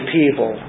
people